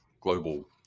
global